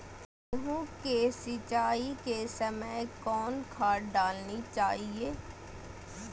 गेंहू के सिंचाई के समय कौन खाद डालनी चाइये?